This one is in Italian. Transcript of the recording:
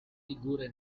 figure